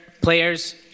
players